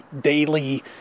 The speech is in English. daily